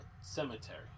cemetery